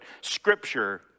scripture